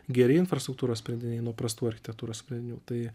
geri infrastruktūros sprendiniai nuo prastų architektūros sprendinių tai